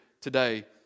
today